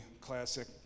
Classic